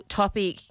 topic